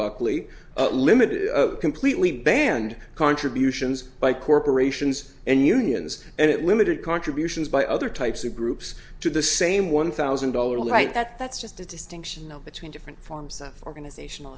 buckley limited completely banned contributions by corporations and unions and it limited contributions by other types of groups to the same one thousand dollars a night that that's just a distinction between different forms of organizational